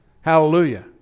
Hallelujah